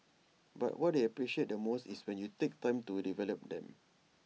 but what they appreciate the most is when you take time to develop them